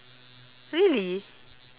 really